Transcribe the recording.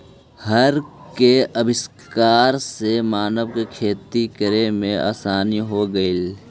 हर के आविष्कार से मानव के खेती करे में आसानी हो गेलई